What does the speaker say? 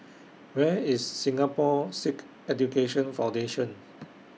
Where IS Singapore Sikh Education Foundation